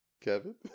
Kevin